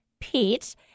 Pete